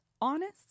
honest